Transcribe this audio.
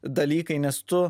dalykai nes tu